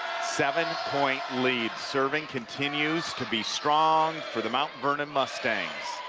seven-point lead. serving continues to be strong for the mount vernon mustangs.